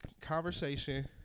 conversation